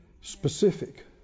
Specific